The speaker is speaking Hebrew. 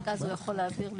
רק אז הוא יכול להעביר.